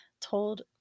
told